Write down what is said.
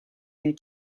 you